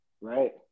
Right